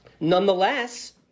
Nonetheless